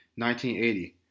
1980